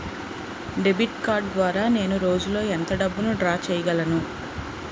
Debit card ద్వారా నేను రోజు లో ఎంత డబ్బును డ్రా చేయగలను?